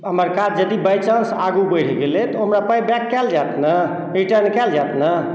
हमर काज यदि बाइचान्स आगू बढ़ि गेलै तऽ ओ हमरा पाइ बैक कएल जाएत ने रिटर्न कएल जाएत ने